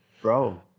Bro